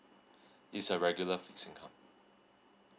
use a regular fixed income